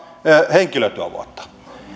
henkilötyövuotta